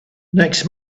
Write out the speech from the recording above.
next